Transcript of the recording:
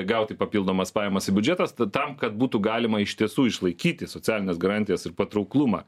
gauti papildomas pajamas į biudžetą tam kad būtų galima iš tiesų išlaikyti socialines garantijas ir patrauklumą